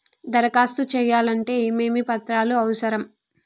దరఖాస్తు చేయాలంటే ఏమేమి పత్రాలు అవసరం?